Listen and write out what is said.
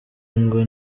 ngo